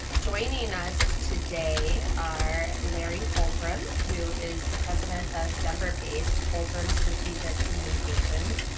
joining us today are larry holdren who is the president of denver-based holdren strategic communications.